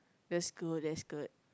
that's good that's good